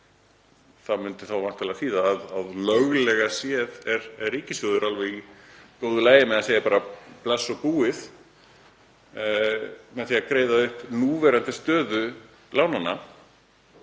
Það myndi væntanlega þýða að löglega séð væri ríkissjóður alveg í góðu lagi með að segja bara bless og búið með því að greiða upp núverandi stöðu lánanna.